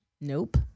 Nope